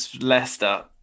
Leicester